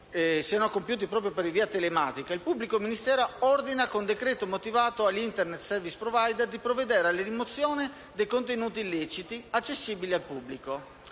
compiuti per via telematica, il pubblico ministero ordina, con decreto motivato, agli Internet*service provider* di provvedere alla rimozione dei contenuti illeciti accessibili al pubblico.